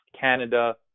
Canada